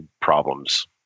problems